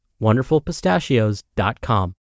wonderfulpistachios.com